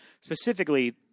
specifically